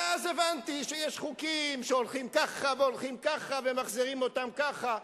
ואז הבנתי שיש חוקים שהולכים ככה והולכים ככה ומחזירים אותם ככה.